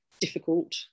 Difficult